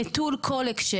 נטול כל הקשר.